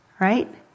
Right